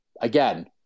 again